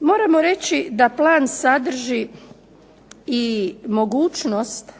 Moramo reći da plan sadrži i mogućnost